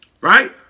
Right